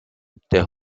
der